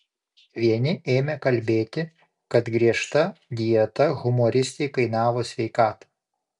vieni ėmė kalbėti kad griežta dieta humoristei kainavo sveikatą